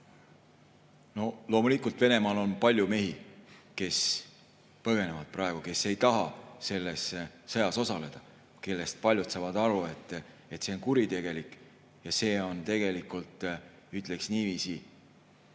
on? Loomulikult on Venemaal palju mehi, kes praegu põgenevad, kes ei taha selles sõjas osaleda ja kellest paljud saavad aru, et see on kuritegelik ja see on tegelikult, ütleksin niiviisi,